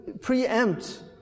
preempt